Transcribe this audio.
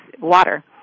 water